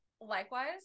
likewise